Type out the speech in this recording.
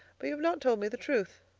but you have not told me the truth.